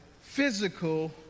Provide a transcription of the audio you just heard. physical